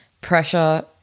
pressure